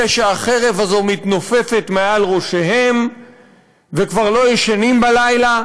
שהחרב הזאת מתנופפת מעל ראשיהם והם כבר לא ישנים בלילה,